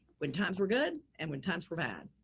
when times were good and when times were bad.